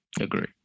Agree